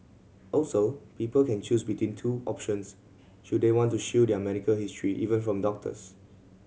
also people can choose between two options should they want to shield their medical history even from doctors